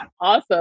awesome